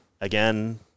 again